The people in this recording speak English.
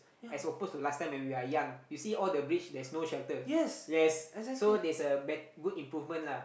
as oppose to last time when we are young you see all the bridge there's no shelter yes so there's a bad good improvement lah